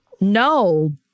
no